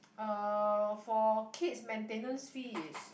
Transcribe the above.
uh for kids maintenance fee is